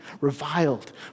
reviled